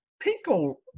people